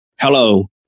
Hello